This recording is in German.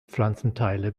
pflanzenteile